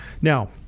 Now